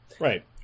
right